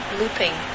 looping